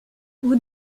vous